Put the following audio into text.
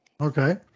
Okay